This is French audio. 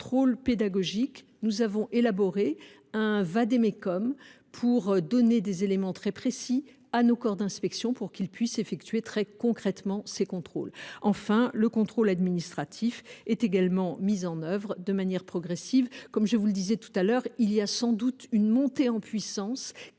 je précise que nous avons élaboré un vade mecum pour donner des éléments très précis à nos corps d’inspection, afin qu’ils puissent effectuer très concrètement ces contrôles. Enfin, le contrôle administratif est également mis en œuvre de manière progressive. Comme je vous le disais tout à l’heure, il faut sans doute faire monter en puissance l’ensemble